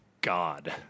God